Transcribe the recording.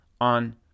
on